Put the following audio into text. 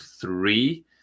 three